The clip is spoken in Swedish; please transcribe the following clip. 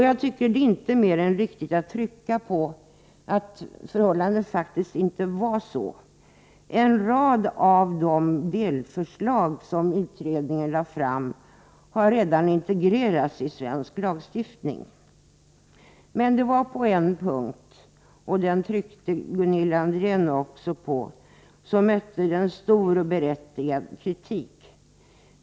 Det är inte mer än riktigt att trycka på att förhållandet faktiskt inte var så. En rad av de delförslag som utredningen lade fram har redan integrerats i svensk lagstiftning. Men på en punkt — den tryckte Gunilla André också på - mötte utredningen stor och berättigad kritik.